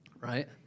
Right